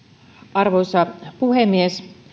arvoisa puhemies